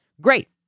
great